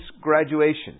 graduation